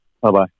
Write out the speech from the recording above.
Bye-bye